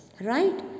Right